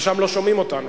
אבל שם לא שומעים אותנו.